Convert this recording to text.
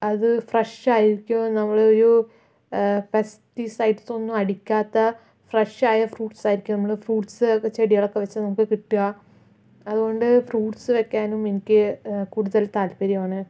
അത് ഫ്രഷായിരിക്കും നമ്മള് ഒരു പെസ്റ്റ്സെഡ്സ് ഒന്നു അടിക്കാത്ത ഫ്രഷായ ഫ്രൂട്ട്സ് ആയിരിക്കും നമ്മള് ഫ്രൂട്ട്സ് ചെടികളൊക്കെ വെച്ചാൽ നമുക്ക് കിട്ടുക അതുകൊണ്ട് ഫ്രൂട്സ് വെക്കാനും എനിക്ക് കൂടുതൽ താല്പര്യമാണ്